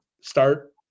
start